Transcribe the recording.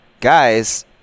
guys